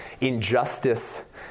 injustice